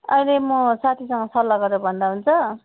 अहिले म साथीसँग सल्लाह गरेर भन्दा हुन्छ